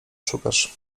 szukasz